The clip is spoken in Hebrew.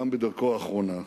גם בדרכו האחרונה.